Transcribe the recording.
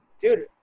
Dude